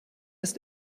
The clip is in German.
ist